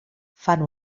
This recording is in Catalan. fan